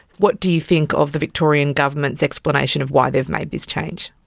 what do you think of the victorian government's explanation of why they have made this change?